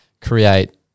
create